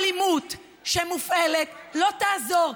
האלימות שמופעלת לא תעזור.